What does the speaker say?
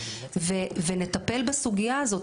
ונטפל בסוגייה הזאת,